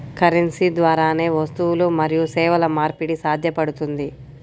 currency ద్వారానే వస్తువులు మరియు సేవల మార్పిడి సాధ్యపడుతుంది